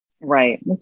Right